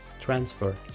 transfer